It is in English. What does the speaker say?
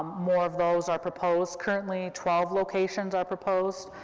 more of those are proposed, currently twelve locations are proposed,